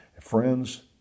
Friends